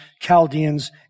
Chaldeans